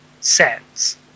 sets